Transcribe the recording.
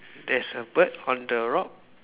there's a bird on the rock